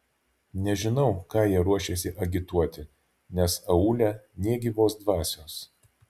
nežinau ką jie ruošiasi agituoti nes aūle nė gyvos dvasios